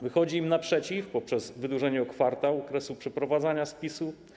Wychodzi im naprzeciw poprzez wydłużenie o kwartał okresu przeprowadzania spisu.